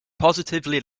positively